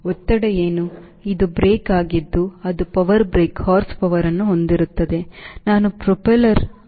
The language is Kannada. ಒತ್ತಡ ಏನು ಇದು ಬ್ರೇಕ್ ಆಗಿದ್ದು ಅದು ಪವರ್ ಬ್ರೇಕ್ horsepowerಯನ್ನು ಹೊಂದಿರುತ್ತದೆ ನಾನು ಪ್ರೊಪೆಲ್ಲರ್ ಅನ್ನು ಲಗತ್ತಿಸುತ್ತೇನೆ